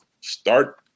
start